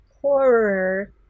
horror